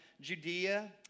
Judea